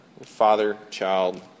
Father-child